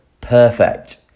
perfect